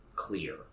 clear